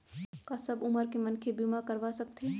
का सब उमर के मनखे बीमा करवा सकथे?